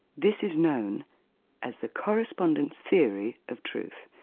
this is known as the correspondence theory of truth.